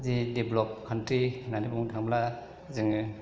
जि develop country होननानै बुंनो थाङोब्ला जोङो